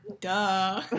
duh